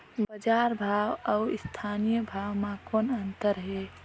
बजार भाव अउ स्थानीय भाव म कौन अन्तर हे?